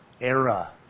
era